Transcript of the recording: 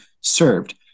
served